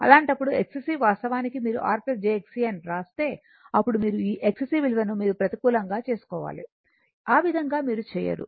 అలాంటప్పుడు Xc వాస్తవానికి మీరు R j Xc అని వ్రాస్తే అప్పుడు మీరు ఈ Xc విలువను మీరు ప్రతికూలంగా తీసుకోవాలి ఆ విధంగా మీరు చేయరు